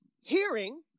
hearing